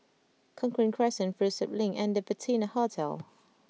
Cochrane Crescent Prinsep Link and The Patina Hotel